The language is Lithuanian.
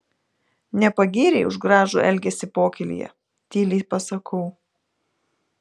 nepagyrei už gražų elgesį pokylyje tyliai pasakau